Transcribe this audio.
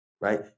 right